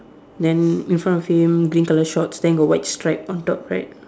then in front of him green colour shorts then got white stripe on top right